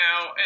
now